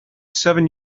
seven